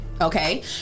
okay